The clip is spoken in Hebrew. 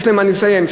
אני מסיים,